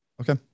Okay